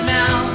now